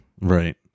Right